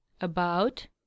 About